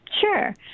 sure